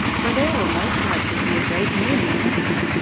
for there will most likely be a great many in it.